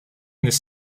this